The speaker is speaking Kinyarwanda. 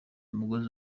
umugozi